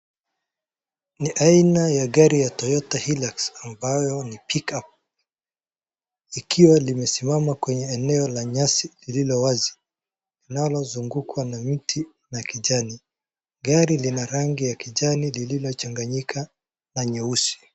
Ni aina ya gari ya toyota hilux, ambayo ni pickup . Ikiwa limesimama kwenye eneo la nyasi lilio wazi linalo zungukWa na mti la kijani. Gari lina rangi ya kijani lililo changanyika na nyeusi.